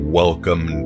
welcome